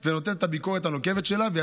או שתפנה לאדווה דדון.